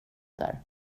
där